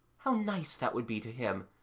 how nice that would be to him,